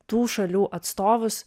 tų šalių atstovus